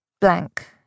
blank